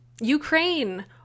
Ukraine